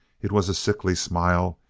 it was a sickly smile,